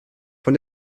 von